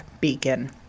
beacon